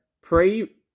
pre